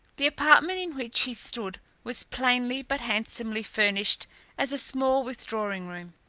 the apartment in which he stood was plainly but handsomely furnished as a small withdrawing room.